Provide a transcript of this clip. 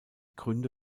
gründe